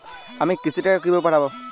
আমি কিস্তির টাকা কিভাবে পাঠাব?